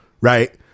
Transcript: right